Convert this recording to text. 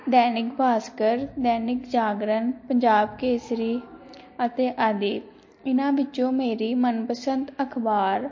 ਦੈਨਿਕ ਭਾਸਕਰ ਦੈਨਿਕ ਜਾਗਰਨ ਪੰਜਾਬ ਕੇਸਰੀ ਅਤੇ ਆਦਿ ਇਹਨਾਂ ਵਿੱਚੋਂ ਮੇਰੀ ਮਨਪਸੰਦ ਅਖਬਾਰ